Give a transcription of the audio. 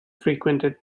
frequented